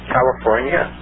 California